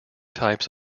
types